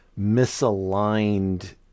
misaligned